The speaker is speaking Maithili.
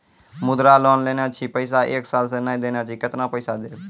मुद्रा लोन लेने छी पैसा एक साल से ने देने छी केतना पैसा देब?